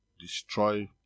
destroy